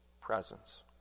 presence